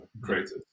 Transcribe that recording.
creators